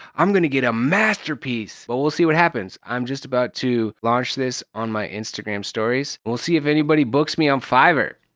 i'm gonna get a masterpiece! but we'll see what happens. i'm just about to launch this on my instagram stories. we'll see if anybody books me on fiverr.